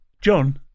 John